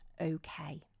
okay